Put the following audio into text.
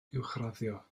uwchraddio